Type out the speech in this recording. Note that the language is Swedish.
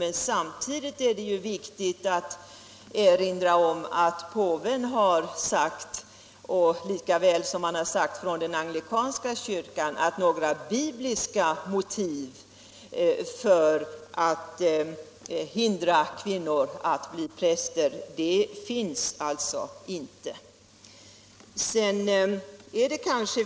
Men samtidigt är det viktigt att erinra om att påven har sagt — liksom det har uttalats från den anglikanska kyrkan — att några bibliska motiv för att hindra kvinnor att bli präster inte finns.